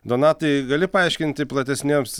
donatai gali paaiškinti platesniems